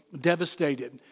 devastated